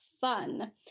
fun